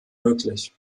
möglich